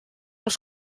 els